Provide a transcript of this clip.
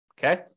Okay